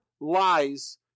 lies